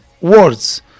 words